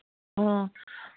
ꯑꯣ